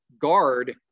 guard